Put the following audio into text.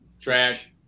Trash